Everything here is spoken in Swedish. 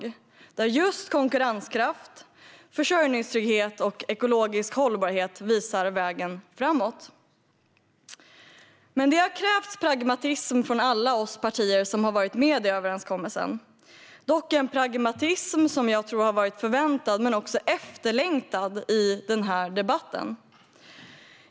Det handlar om att just konkurrenskraft, försörjningstrygghet och ekologisk hållbarhet visar vägen framåt. Detta har krävt pragmatism från alla partier som har varit med i överenskommelsen, dock en pragmatism som jag tror har varit förväntad och efterlängtad i debatten.